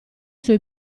suoi